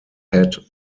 had